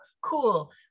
Cool